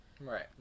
Right